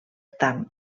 tant